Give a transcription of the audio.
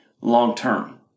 long-term